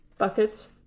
buckets